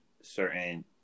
certain